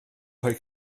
rhoi